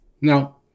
Now